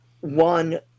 one